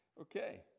Okay